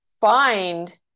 find